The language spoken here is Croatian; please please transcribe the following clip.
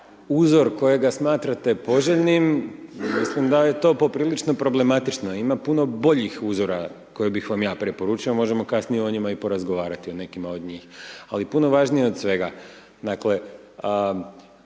uzor kojega smatrate poželjnim, mislim da je to poprilično problematično, ima puno boljih uzora koje bih vam ja preporučio, a možemo kasnije i o njima i porazgovarati, o nekima od njih, ali puno važnije od svega,